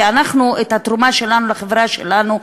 כי אנחנו את התרומה שלנו לחברה שלנו,